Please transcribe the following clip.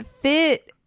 fit